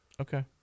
Okay